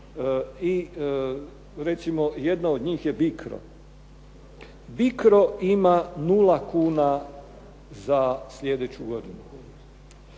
i recimo jedna od njih je BICRO. BICRO ima nula kuna za sljedeću godinu.